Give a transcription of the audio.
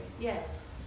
Yes